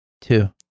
Two